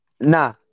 Nah